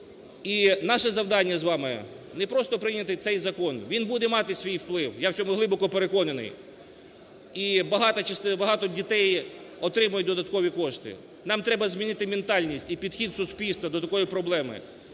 І наше завдання з вами не просто прийняти цей закон, він буде мати свій вплив, я в цьому глибоко переконаний, і багато дітей отримають додаткові кошти, нам треба змінити ментальність і підхід суспільства до такої проблеми,